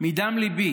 מדם ליבי